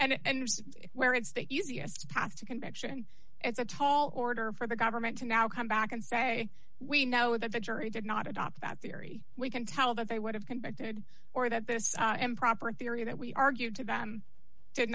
and and where it's the easiest path to conviction it's a tall order for the government to now come back and say we know that the jury did not adopt that theory we can tell that they would have convicted or that this improper theory that we argued to them did